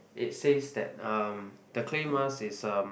it says that um the clay mask is um